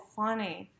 funny